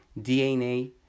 DNA